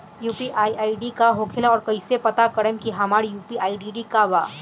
UPI ID का होखेला और कईसे पता करम की हमार यू.पी.आई आई.डी का बा?